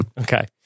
Okay